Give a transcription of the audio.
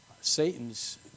Satan's